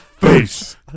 Face